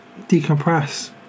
decompress